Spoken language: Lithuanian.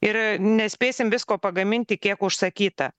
ir nespėsim visko pagaminti kiek užsakyta